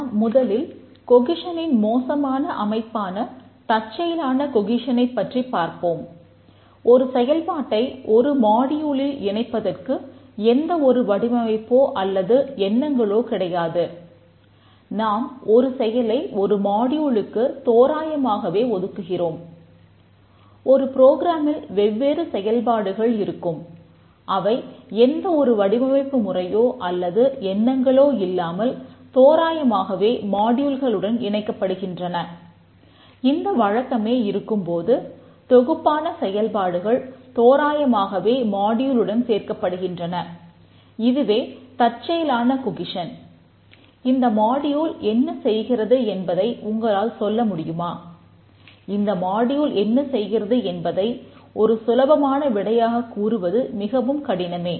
நாம் முதலில் கொசிஷனின் என்ன செய்கிறது என்பதை ஒரு சுலபமான விடையாகக் கூறுவது மிகவும் கடினமே